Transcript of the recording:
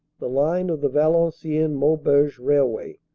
the line of the valenciennes-maubeuge railway,